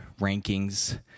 rankings